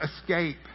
escape